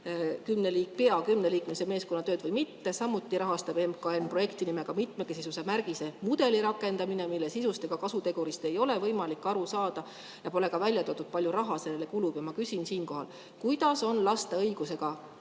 voliniku pea kümneliikmelise meeskonna tööd või mitte. Samuti rahastab MKM projekti nimega "Mitmekesisuse märgise mudeli rakendamine", mille sisust ega kasutegurist ei ole võimalik aru saada, ja pole ka välja toodud, kui palju raha sellele kulub. Ma küsin: kuidas on laste õigusega